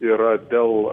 yra dėl